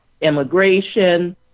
immigration